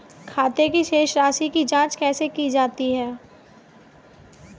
खाते की शेष राशी की जांच कैसे की जाती है?